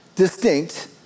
Distinct